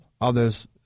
others